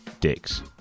Dicks